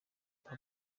papa